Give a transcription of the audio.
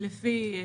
שנשפטים